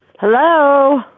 Hello